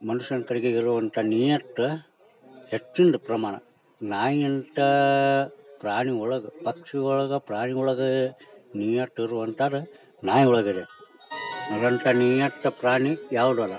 ಮನುಷ್ಯನ ಕಡೆಗೆ ಇರುವಂಥ ನನೀಯತ್ತು ಹೆಚ್ಚಿಂದು ಪ್ರಮಾಣ ನಾಯಿಯಂಥ ಪ್ರಾಣಿಯೊಳಗೆ ಪಕ್ಷಿಯೊಳಗೆ ಪ್ರಾಣಿಯೊಳಗೆ ನೀಯತ್ತಿರುವಂಥಾದ ನಾಯಿಯೊಳಗದ ಅದ್ರಂಥ ನೀಯತ್ತು ಪ್ರಾಣಿ ಯಾವುದೂ ಅಲ್ಲ